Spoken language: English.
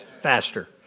faster